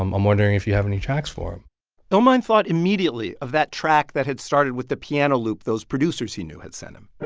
i'm um wondering if you have any tracks for him illmind thought immediately of that track that had started with the piano loop those producers he knew had sent them